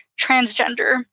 Transgender